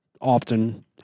Often